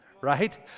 right